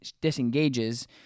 disengages